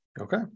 okay